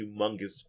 humongous